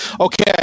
Okay